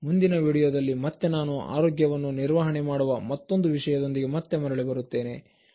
ಮುಂದಿನ ವಿಡಿಯೋದಲ್ಲಿ ಮತ್ತೆ ನಾನು ಆರೋಗ್ಯವನ್ನು ನಿರ್ವಹಣೆ ಮಾಡುವ ಮತ್ತೊಂದು ವಿಷಯದೊಂದಿಗೆ ಮತ್ತೆ ಮರಳಿ ಬರುತ್ತೇನೆ